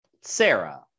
Sarah